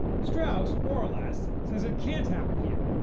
strauss, more or less, says it can't happen here,